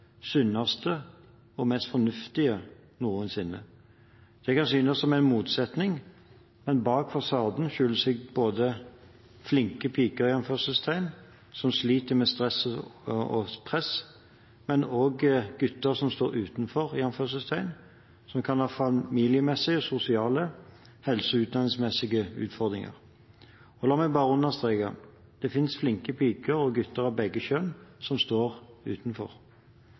sunneste og mest fornuftige noensinne. Det kan synes som en motsetning, men bak fasaden skjuler det seg både «flinke piker» som sliter med stress og press, og gutter som «står utenfor», som kan ha familiemessige, sosiale, helsemessige og utdanningsmessige utfordringer. Og la meg bare understreke: Det finnes flinke piker og gutter av begge kjønn som står utenfor.